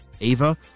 Ava